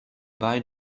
buy